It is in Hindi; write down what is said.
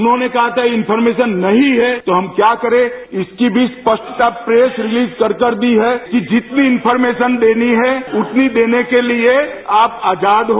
उन्होंने कहा था कि इन्फॉर्मेशन नहीं है तो हम क्या करें उसकी भी स्पष्टता प्रेस रिलीज कर के दी है कि जितनी इन्फॉर्मेशन देनी है उतनी देने के लिए आप आजाद हो